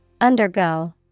Undergo